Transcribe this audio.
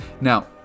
Now